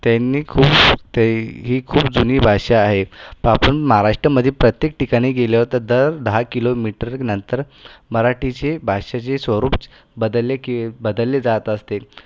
त्यांनी खूप त्याय ही खूप जुनी भाषा आहे आपण महाराष्ट्रामध्ये प्रत्येक ठिकाणी गेल्यावर तर दर दहा किलोमीटरनंतर मराठीचे भाषेचे स्वरूप बदलले की बदलले जात असते